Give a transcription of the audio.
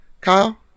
Kyle